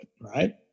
right